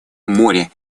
море